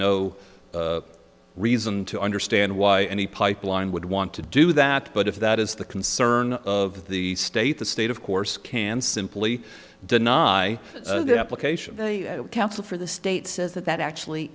no reason to understand why any pipeline would want to do that but if that is the concern of the state the state of course can simply deny their application they counsel for the state says that that actually